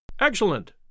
Excellent